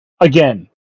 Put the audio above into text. again